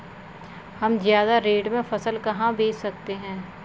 हम ज्यादा रेट में फसल कहाँ बेच सकते हैं?